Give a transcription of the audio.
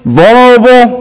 vulnerable